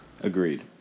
Agreed